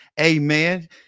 Amen